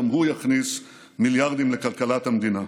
גם הוא יכניס מיליארדים לכלכלת המדינה.